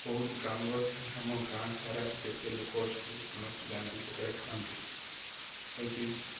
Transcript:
ବହୁତ ଗ୍ରାମର ଆମ ଗାଁ ସାରା ଯେତେ ଲୋକ ଅଛନ୍ତି ସମସ୍ତେ ଯାଆନ୍ତି ସେଠାରେ ଖାଆନ୍ତି ଖାଇ ପିଇ